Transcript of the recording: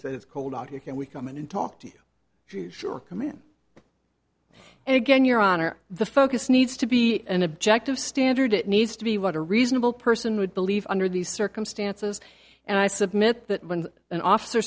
said it's cold out here can we come in and talk to you she sure come in and again your honor the focus needs to be an objective standard it needs to be what a reasonable person would believe under these circumstances and i submit that when an officer